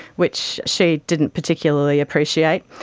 which she didn't particularly appreciate.